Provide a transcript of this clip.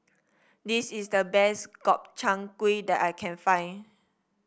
this is the best Gobchang Gui that I can find